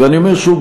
ואני אומר שוב,